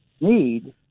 need